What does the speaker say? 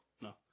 No